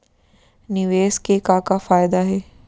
निवेश के का का फयादा हे?